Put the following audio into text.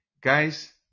Guys